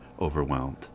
overwhelmed